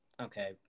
okay